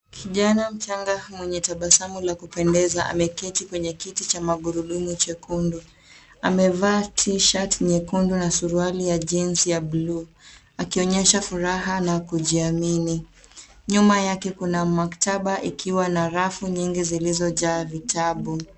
Kijana mchanga mwenye tabasamu la kupendeza ameketi kwenye kiti cha magurudumu chekundu. Amevaa T-shirt nyekundu na suruali ya jeans ya bluu akionyesha furaha na kujiamini. Nyuma yake kuna maktaba ikiwa na rafu nyingi zilizojaa vitabu.